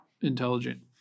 intelligent